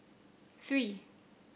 three